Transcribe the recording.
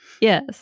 Yes